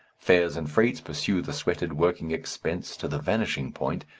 fares and freights pursue the sweated working expenses to the vanishing point,